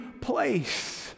place